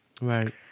Right